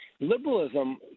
liberalism